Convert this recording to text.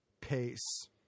pace